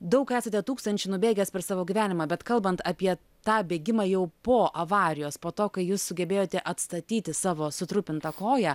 daug esate tukstančių nubėgęs per savo gyvenimą bet kalbant apie tą bėgimą jau po avarijos po to kai jūs sugebėjote atstatyti savo sutrupintą koją